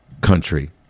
country